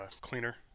cleaner